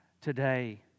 today